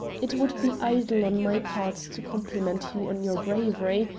it would be idle on my part to compliment you on your bravery,